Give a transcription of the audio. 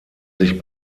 sich